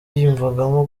yiyumvagamo